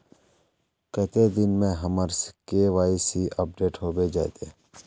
कते दिन में हमर के.वाई.सी अपडेट होबे जयते?